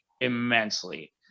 immensely